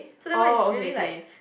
so that one is really like